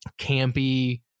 campy